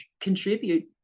contribute